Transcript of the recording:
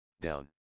down